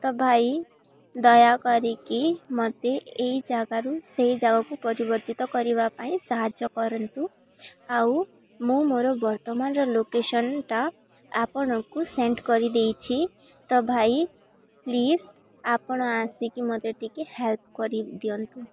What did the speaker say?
ତ ଭାଇ ଦୟାକରିକି ମୋତେ ଏଇ ଜାଗାରୁ ସେଇ ଜାଗାକୁ ପରିବର୍ତ୍ତିତ କରିବା ପାଇଁ ସାହାଯ୍ୟ କରନ୍ତୁ ଆଉ ମୁଁ ମୋର ବର୍ତ୍ତମାନର ଲୋକେସନଟା ଆପଣଙ୍କୁ ସେଣ୍ଡ କରିଦେଇଛି ତ ଭାଇ ପ୍ଲିଜ୍ ଆପଣ ଆସିକି ମୋତେ ଟିକେ ହେଲ୍ପ କରିଦିଅନ୍ତୁ